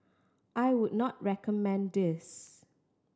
I would not recommend this